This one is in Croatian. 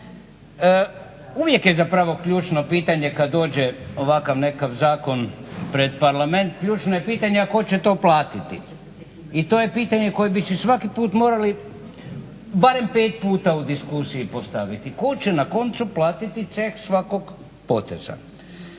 Uvijek je zapravo ključno pitanje kad dođe ovakav nekakav zakon pred Parlament. Ključno je pitanje a tko će to platiti i to je pitanje koje bi si svaki put morali barem pet puta u diskusiji postaviti. Tko će na koncu platiti ceh svakog poteza.